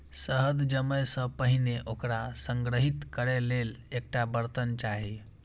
शहद जमै सं पहिने ओकरा संग्रहीत करै लेल एकटा बर्तन चाही